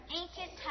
ancient